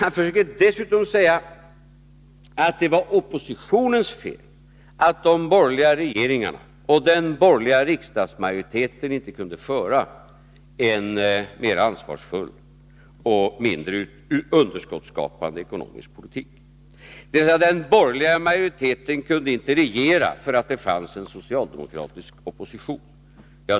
Han försöker däremot påstå att det var oppositionens fel att de borgerliga regeringarna och den borgerliga riksdagsmajoriteten inte kunde föra en mera ansvarsfull och mindre underskottsskapande ekonomisk politik. Han sade att den borgerliga majoriteten inte kunde regera därför att det fanns en socialdemokratisk opposition.